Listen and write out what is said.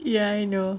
ya I know